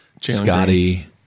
Scotty